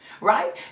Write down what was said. right